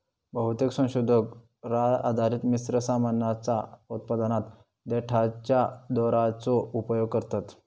बहुतेक संशोधक राळ आधारित मिश्र सामानाच्या उत्पादनात देठाच्या दोराचो उपयोग करतत